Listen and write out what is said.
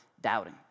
doubting